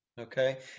okay